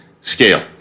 scale